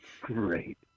Great